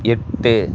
எட்டு